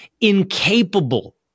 incapable